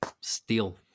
steel